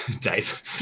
Dave